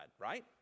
right